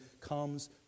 comes